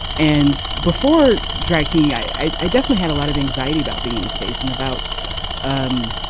and before drinking i i definitely had a lot of anxiety about being in the space and about um